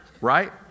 right